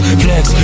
flex